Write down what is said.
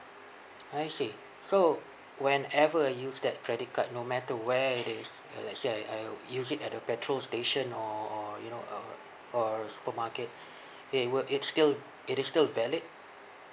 I see so whenever use that credit card no matter where it is uh let's say I I use it at the petrol station or or you know uh or a supermarket they will it's still it is still valid